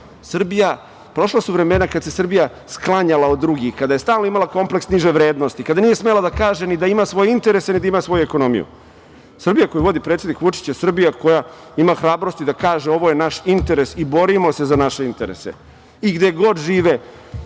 Prošla su vremena kad se Srbija sklanjala od drugih, kada je stalno imala kompleks niže vrednosti, kada nije smela da kaže ni da ima svoje interese ni da ima svoju ekonomiju. Srbija koju vodi predsednik Vučić je Srbija ima hrabrosti da kaže – ovo je naš interes i borimo se za naše interese. Gde god žive